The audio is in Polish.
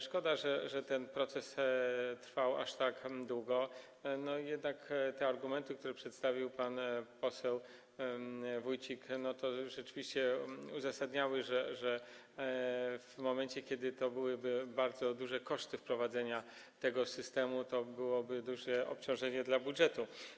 Szkoda, że ten proces trwał aż tak długo, jednak argumenty, które przedstawił pan poseł Wójcik, rzeczywiście uzasadniały to, że w momencie kiedy byłyby bardzo duże koszty wprowadzenia tego systemu, to byłoby duże obciążenie dla budżetu.